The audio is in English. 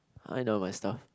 I know my stuff